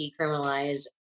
decriminalize